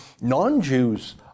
non-Jews